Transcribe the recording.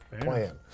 plan